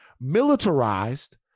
militarized